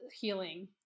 healing